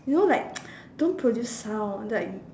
you know like don't produce sound like